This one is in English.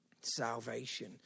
salvation